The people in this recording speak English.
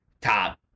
top